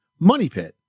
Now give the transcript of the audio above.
MONEYPIT